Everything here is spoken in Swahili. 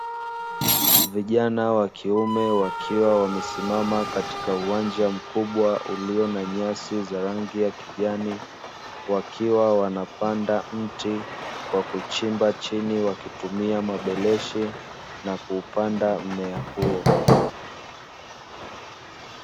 Vijana wa kiume wakiwa wamesimama katika uwanja mkubwa ulio na nyasi za rangi ya kijani, wakiwa wanapanda mti kwa kuchimba chini wakitumia mabeleshi na kuupanda mmea huo.